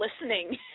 listening